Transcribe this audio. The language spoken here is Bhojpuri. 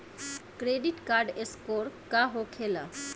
क्रेडिट स्कोर का होखेला?